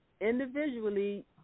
individually